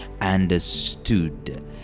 understood